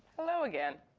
hello again.